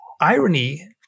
irony